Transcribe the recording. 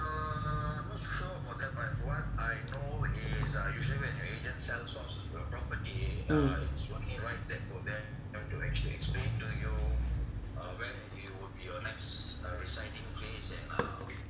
mm